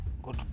Good